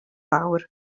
fawr